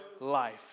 life